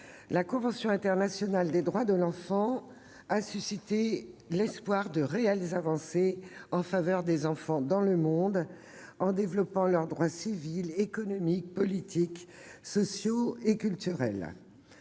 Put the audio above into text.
la convention internationale des droits de l'enfant (CIDE) a suscité l'espoir de réelles avancées en faveur des enfants dans le monde, en développant leurs droits civils, économiques, politiques, sociaux et culturels.